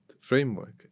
framework